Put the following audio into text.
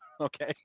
okay